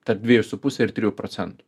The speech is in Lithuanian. tarp dviejų su puse ir trijų procentų